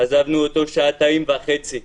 עזבנו אותו לשעתיים וחצי.